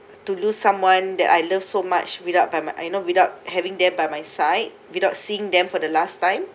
to lose someone that I love so much without by my I know without having them by my side without seeing them for the last time